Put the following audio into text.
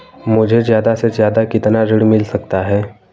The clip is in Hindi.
मुझे ज्यादा से ज्यादा कितना ऋण मिल सकता है?